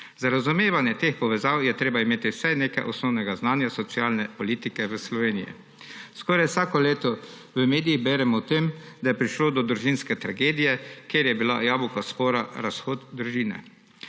Za razumevanje teh povezav je treba imeti vsaj nekaj osnovnega znanja socialne politike v Sloveniji. Skoraj vsako leto v medijih beremo o tem, da je prišlo do družinske tragedije, kjer je bil jabolko spora razhod družine.